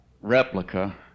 replica